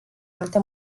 alte